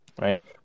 right